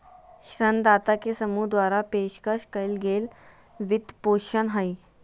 ऋणदाता के समूह द्वारा पेशकश कइल गेल वित्तपोषण हइ